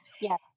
Yes